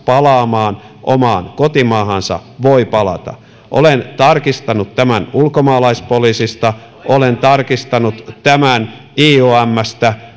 palaamaan omaan kotimaahansa voi palata olen tarkistanut tämän ulkomaalaispoliisista olen tarkistanut tämän iomstä